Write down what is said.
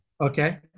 Okay